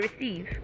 receive